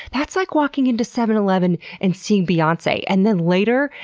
that's like walking into seven eleven and seeing beyonce, and then later,